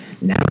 Now